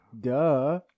Duh